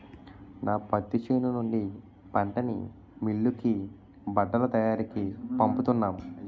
నా పత్తి చేను నుండి పంటని మిల్లుకి బట్టల తయారికీ పంపుతున్నాం